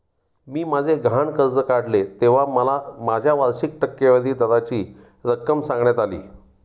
मी माझे गहाण कर्ज काढले तेव्हा मला माझ्या वार्षिक टक्केवारी दराची रक्कम सांगण्यात आली